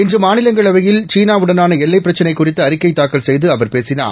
இன்று மாநிலங்களவையில் சீன வுடனான எல்லை பிரச்சினை குறித்து அறிக்கை தாக்கல் செய்து அவர் பேசினார்